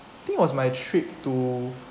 I think was my trip to